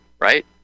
right